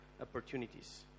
opportunities